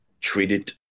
treated